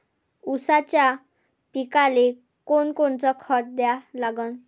ऊसाच्या पिकाले कोनकोनचं खत द्या लागन?